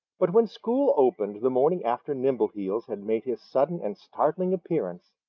but when school opened the morning after nimbleheels had made his sudden and startling appearance,